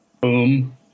boom